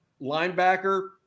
linebacker